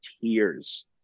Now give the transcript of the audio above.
tears